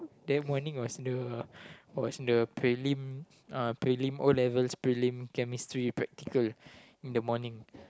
that morning was the was the prelims uh prelims O level prelim chemistry practical in the morning